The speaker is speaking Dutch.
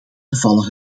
gevallen